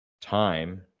time